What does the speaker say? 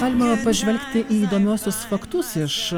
galima pažvelgti į įdomiausius faktus iš